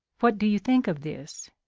what do you think of this?